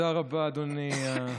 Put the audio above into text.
תודה רבה, אדוני היושב-ראש.